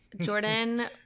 jordan